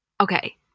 okay